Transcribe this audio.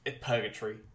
purgatory